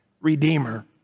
redeemer